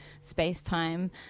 space-time